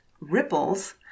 ripples